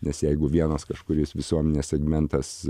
nes jeigu vienas kažkuris visuomenės segmentas